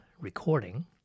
recording